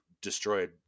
destroyed